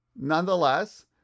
Nonetheless